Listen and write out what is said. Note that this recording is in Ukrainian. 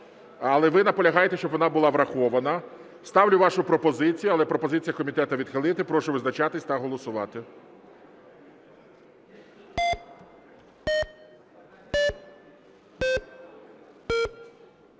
але ви наполягаєте, щоб вона була врахована. Ставлю вашу пропозицію, але пропозиція комітету відхилити. Прошу визначатись та голосувати.